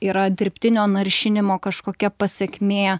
yra dirbtinio naršymo kažkokia pasekmė